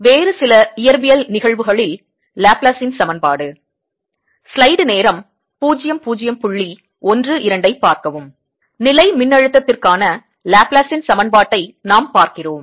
வேறு சில இயற்பியல் நிகழ்வுகளில் லாப்லேஸின் சமன்பாடு நிலைமின்னழுத்தத்திற்கான லாப்லேஸின் சமன்பாட்டை நாம் பார்க்கிறோம்